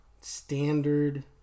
standard